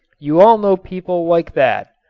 you all know people like that,